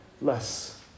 less